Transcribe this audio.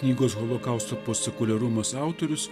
knygos holokausto postsekuliarumas autorius